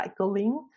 recycling